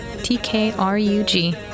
T-K-R-U-G